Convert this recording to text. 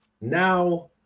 Now